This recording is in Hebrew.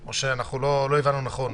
או שלא הבנו נכון.